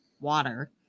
water